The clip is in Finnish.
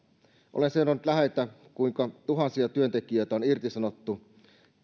olen seurannut läheltä kuinka tuhansia työntekijöitä on irtisanottu